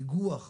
איגוח,